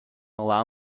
allow